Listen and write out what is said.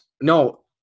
no